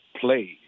play